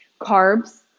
Carbs